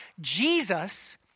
Jesus